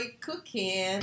cooking